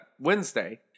Wednesday